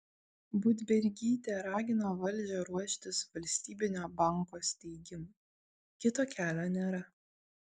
budbergytė ragina valdžią ruoštis valstybinio banko steigimui kito kelio nėra